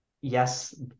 yes